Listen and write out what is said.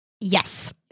Yes